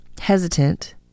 hesitant